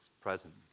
present